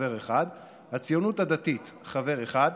חבר אחד,